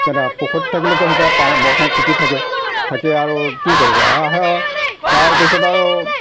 কেনেকুৱা পুখুৰীত থাকিলেতো সেইটো পানীত বৰষুণত তিতি থাকে থাকে আৰু কি কৰিব হাঁহহে তাৰপিছত আৰু